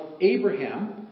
Abraham